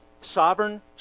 sovereign